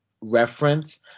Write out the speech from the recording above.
reference